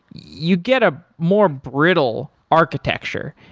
you get a more brittle architecture.